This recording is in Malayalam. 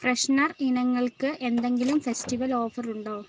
ഫ്രെഷ്നർ ഇനങ്ങൾക്ക് എന്തെങ്കിലും ഫെസ്റ്റിവൽ ഓഫറുണ്ടോ